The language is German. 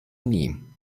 nie